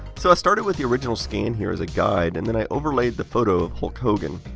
so i started with the original scan here as a guide. and then i over laid the photo of hulk hogan.